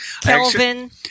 kelvin